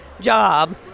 job